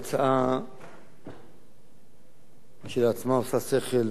ההצעה כשלעצמה עושה שכל,